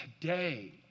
today